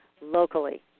locally